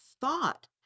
thought